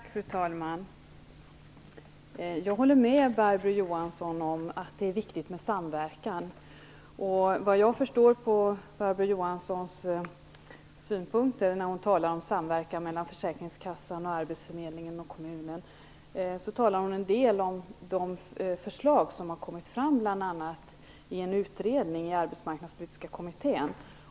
Fru talman! Jag håller med Barbro Johansson om att det är viktigt med samverkan. Såvitt jag förstår av Barbro Johanssons synpunkter när hon talar om samverkan mellan försäkringskassan, arbetsförmedlingen och kommunen gäller det till en del de förslag som har kommit från Arbetsmarknadspolitiska kommittén.